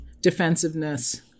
defensiveness